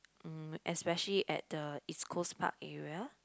mm especially at the east-coast-park area